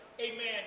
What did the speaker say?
Amen